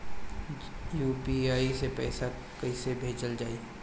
UPI से पैसा कइसे भेजल जाई?